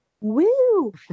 Woo